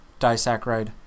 disaccharide